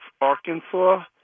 Arkansas